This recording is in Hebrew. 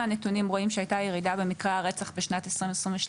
מהנתונים רואים שהייתה ירידה במקרי הרצח בשנת 2022,